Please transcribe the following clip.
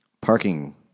parking